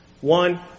One